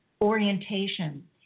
orientation